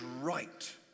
right